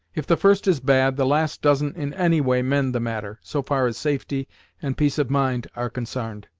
if the first is bad, the last doesn't, in any way, mend the matter, so far as safety and peace of mind are consarned.